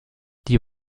die